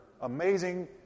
amazing